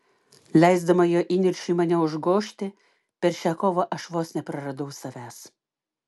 leisdama jo įniršiui mane užgožti per šią kovą aš vos nepraradau savęs